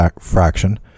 fraction